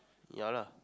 ya lah